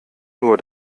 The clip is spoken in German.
nur